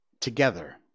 together